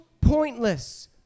pointless